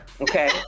Okay